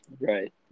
Right